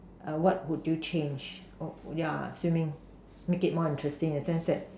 err what would you change oh ya swimming make it more interesting in the sense that